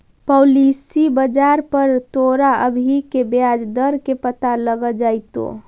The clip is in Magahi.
पॉलिसी बाजार पर तोरा अभी के ब्याज दर के पता लग जाइतो